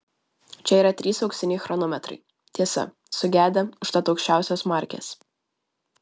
o čia yra trys auksiniai chronometrai tiesa sugedę užtat aukščiausios markės